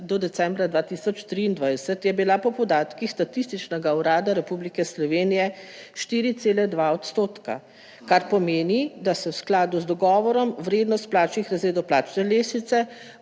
do decembra 2023 je bila po podatkih Statističnega urada Republike Slovenije 4,2 odstotka, kar pomeni, da se v skladu z dogovorom vrednost plačnih razredov plačne lestvice